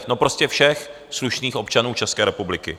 No prostě všech slušných občanů České republiky.